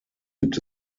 gibt